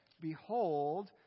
Behold